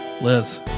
Liz